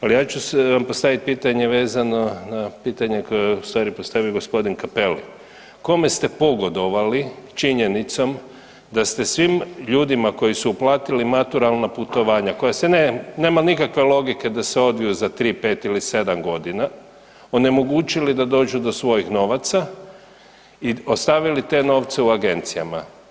Ali ja ću vam postaviti pitanje vezano na pitanje koje je ustvari postavio g. Cappelli, kome ste pogodovali činjenicom da ste svim ljudima koji su uplatili maturalna putovanja koja se nema nikakve logike da se odviju za tri, pet ili sedam godina, onemogućili da dođu do svojih novaca i ostavili te novce u agencijama?